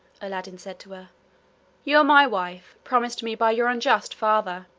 aladdin said to her you are my wife, promised to me by your unjust father,